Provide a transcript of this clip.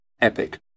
Epic